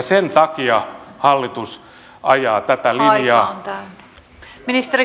sen takia hallitus ajaa tätä linjaa